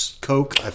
Coke